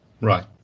Right